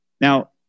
Now